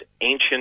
ancient